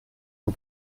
son